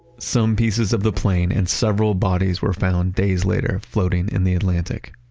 some pieces of the plane and several bodies were found days later floating in the atlantic.